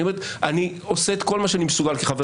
אני עושה את כל מה שאני מסוגל כחבר